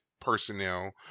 personnel